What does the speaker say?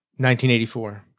1984